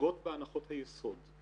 שוגות בהנחות היסוד.